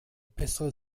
bessere